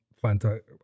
fantastic